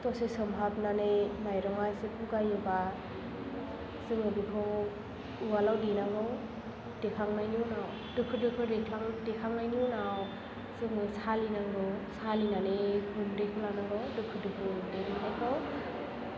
दसे सोमहाबनानै माइरङा इसे बुगायोबा जोङो बेखौ उवालाव देनांगौ देखांनायनि उनाव दोखो दोखो देखांनायनि उनाव जोङो सालिनांगौ सालिनानै गुन्दैखौ लानांगौ दोखो दोखो देनांगौ